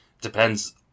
depends